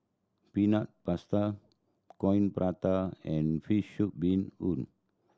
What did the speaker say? Peanut Paste Coin Prata and fish soup bee hoon